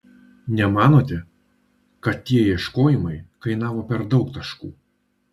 nemanote kad tie ieškojimai kainavo per daug taškų